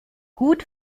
gut